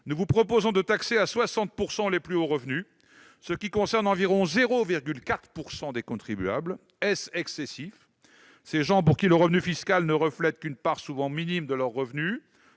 nous, nous proposons de taxer à 60 % les plus hauts revenus, ce qui concerne environ 0,4 % des contribuables. Est-ce excessif ? Ces gens pour qui le revenu fiscal ne reflète qu'une part souvent minime de leurs revenus